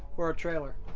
or a trailer.